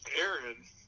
Aaron